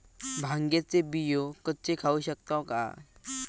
भांगे चे बियो कच्चे खाऊ शकताव काय?